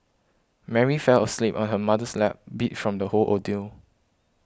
Mary fell asleep on her mother's lap beat from the whole ordeal